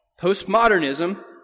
postmodernism